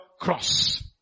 cross